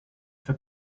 for